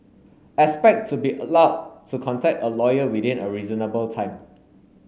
expect to be allowed to contact a lawyer within a reasonable time